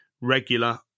regular